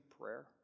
prayer